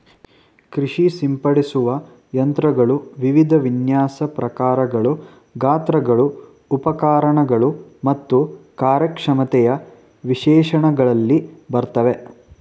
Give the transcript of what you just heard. ಕೃಷಿ ಸಿಂಪಡಿಸುವ ಯಂತ್ರಗಳು ವಿವಿಧ ವಿನ್ಯಾಸ ಪ್ರಕಾರಗಳು ಗಾತ್ರಗಳು ಉಪಕರಣಗಳು ಮತ್ತು ಕಾರ್ಯಕ್ಷಮತೆಯ ವಿಶೇಷಣಗಳಲ್ಲಿ ಬರ್ತವೆ